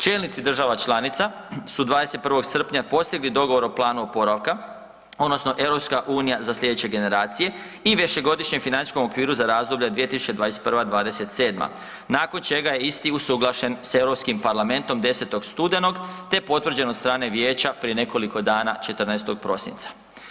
Čelnici država članica su 21. srpnja postigli dogovor o planu oporavka odnosno „EU za sljedeće generacije“ i Višegodišnjem financijskom okviru za razdoblje 2021.-2027. nakon čega je isti usuglašen s Europskim parlamentom 10. studenog te potvrđen od strane Vijeća prije nekoliko dana 14. prosinca.